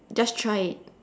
just try